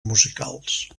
musicals